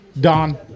Don